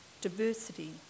diversity